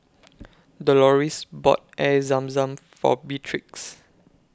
Doloris bought Air Zam Zam For Beatrix